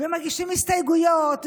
ומגישים הסתייגויות,